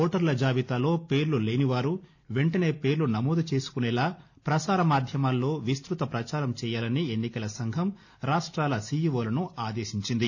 ఓటర్ల జాబితాలో పేర్లులేనివారు వెంటనే పేర్లు నమోదు చేసుకునేలా పసార మాధ్యమాల్లో విస్తృత పచారం చేయాలని ఎన్నికల సంఘం రాష్ట్రాల సీఈఓలను ఆదేశించింది